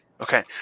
Okay